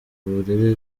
burere